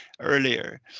earlier